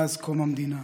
מאז קום המדינה.